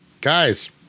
guys